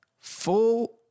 Full